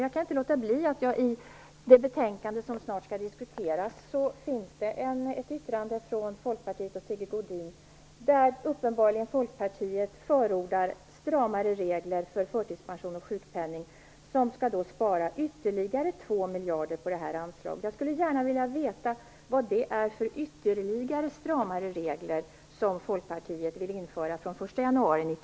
Jag kan inte låta bli att nämna att det i det betänkande som snart skall diskuteras finns ett yttrande från Folkpartiet och Sigge Godin där man uppenbarligen förordar stramare regler för förtidspension och sjukpenning, som då skall spara ytterligare 2 miljarder på det här anslaget. Jag skulle vilja veta vilka ytterligare stramare regler det är som Folkpartiet vill införa från den 1